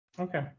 Okay